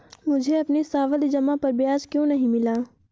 मुझे अपनी सावधि जमा पर ब्याज क्यो नहीं मिला?